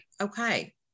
Okay